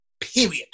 period